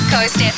Coast